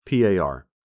PAR –